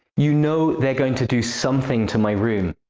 you know they're going to do something to my room,